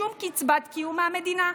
שום קצבת קיום מהמדינה.